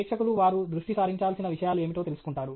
ప్రేక్షకులు వారు దృష్టి సారించాల్సిన విషయాలు ఏమిటో తెలుసుకుంటారు